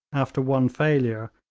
after one failure,